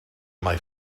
mae